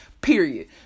period